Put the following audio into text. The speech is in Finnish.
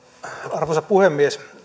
arvoisa puhemies